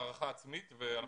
הערכה עצמית.